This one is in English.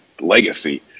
legacy